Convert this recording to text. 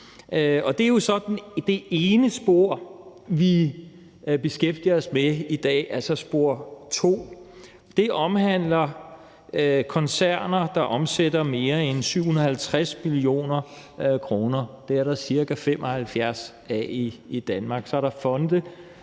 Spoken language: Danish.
Det er jo sådan det ene spor, vi beskæftiger os med i dag. Det andet spor omhandler koncerner, der omsætter for mere end 750 mio. kr. Dem er der ca. 75 af i Danmark, og så er der